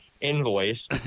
invoice